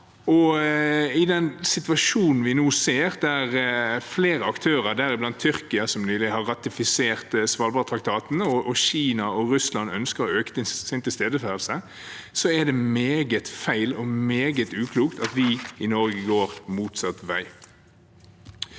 I den situasjonen vi nå ser – med flere aktører, deriblant Tyrkia, som nylig har ratifisert Svalbardtraktaten, og Kina og Russland som ønsker økt tilstedeværelse – er det meget feil og meget uklokt at vi i Norge går motsatt vei.